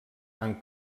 han